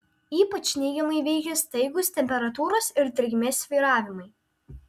ypač neigiamai veikia staigūs temperatūros ir drėgmės svyravimai